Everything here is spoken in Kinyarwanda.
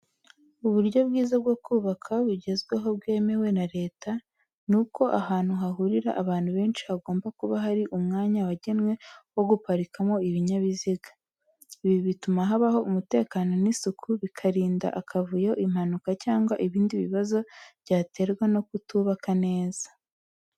Uburyo bwiza bwo kubaka bugezweho bwemewe na Leta, nuko ahantu hahurira abantu benshi, hagomba kuba hari umwanya wagenwe wo guparikamo ibinyabiziga. Ibi bituma habaho umutekano n'isuku, bikarinda akavuyo, impanuka cyangwa ibindi bibazo byaterwa no kutubaka neza.